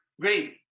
Great